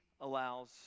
allows